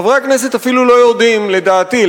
חברי הכנסת אפילו לא יודעים לדעתי,